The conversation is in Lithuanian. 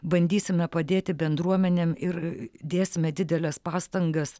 bandysime padėti bendruomenėm ir dėsime dideles pastangas